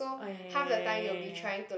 oh ya ya ya ya ya ya ya